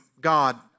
God